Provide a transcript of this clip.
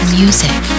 music